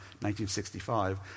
1965